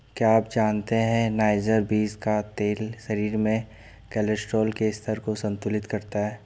क्या आप जानते है नाइजर बीज का तेल शरीर में कोलेस्ट्रॉल के स्तर को संतुलित करता है?